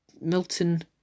Milton